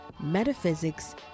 metaphysics